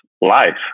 life